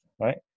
right